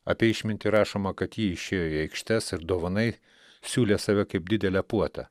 apie išmintį rašoma kad ji išėjo į aikštes ir dovanai siūlė save kaip didelę puotą